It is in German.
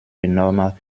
enormer